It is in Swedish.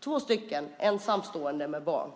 som är ensamstående med barn?